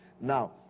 Now